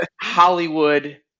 Hollywood